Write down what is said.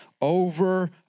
over